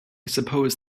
suppose